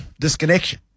disconnection